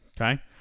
Okay